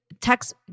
Text